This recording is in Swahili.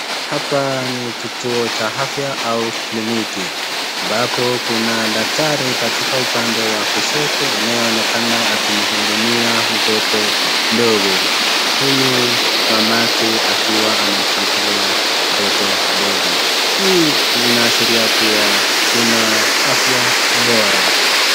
Hapa ni kituo cha afya ama kliniki ambapo kuna daktari katika upande wa kushoto anayeonekana akimhudumia mtoto mdogo huyu mamake akiwa amemshikilia mtoto mdogo. Hii linaashiria kuwa kuna afya bora.